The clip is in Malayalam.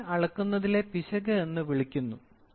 ഇതിനെ അളക്കുന്നതിലെ പിശക് എന്ന് വിളിക്കുന്നു